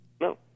No